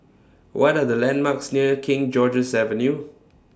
What Are The landmarks near King George's Avenue